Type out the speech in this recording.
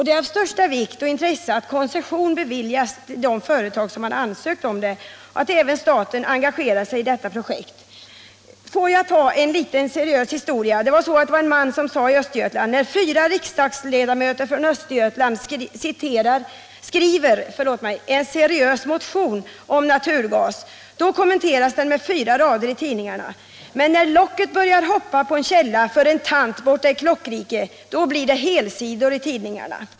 Det är av största vikt och intresse att koncession beviljas de företag som har ansökt om sådan och att även staten engagerar sig i detta projekt. Får jag berätta en liten seriös historia. En man i Östergötland sade: När fyra riksdagsledamöter från Östergötland skriver en seriös motion om naturgas kommenteras den med fyra rader i tidningarna, men när locket börjar hoppa på en källa för en tant borta i Klockrike blir det helsidor i tidningarna.